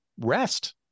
rest